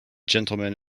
gentleman